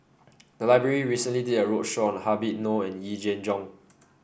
the library recently did a roadshow on Habib Noh and Yee Jenn Jong